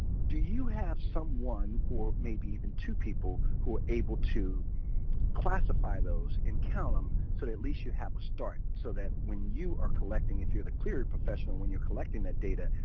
do you have someone, or maybe even two people, who are able to classify those and count them, so at least you have a start? so that when you are collecting, if you're the clery professional, when you're collecting that data,